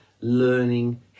learning